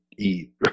eat